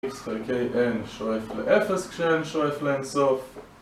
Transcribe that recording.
x, y, k, n שואף ל-0 כש-n שואף לאינסוף